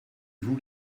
vous